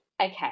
okay